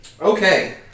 Okay